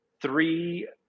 Three